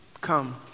Come